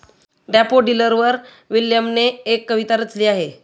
डॅफोडिलवर विल्यमने एक कविता रचली आहे